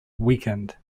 weakened